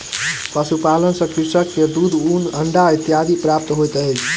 पशुपालन सॅ कृषक के दूध, ऊन, अंडा इत्यादि प्राप्त होइत अछि